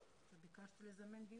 ביקשת לזמן דיון.